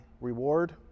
reward